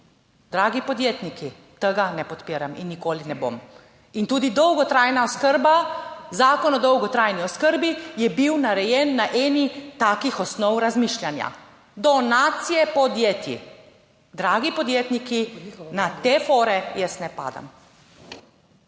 Dragi podjetniki, tega ne podpiram in nikoli ne bom. In tudi dolgotrajna oskrba, Zakon o dolgotrajni oskrbi je bil narejen na eni takih osnov razmišljanja, donacije podjetij. Dragi podjetniki, na te fore jaz ne padam.